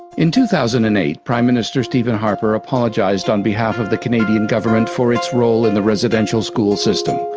in two thousand and eight, prime minister stephen harper apologised on behalf of the canadian government for its role in the residential schools system.